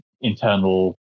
internal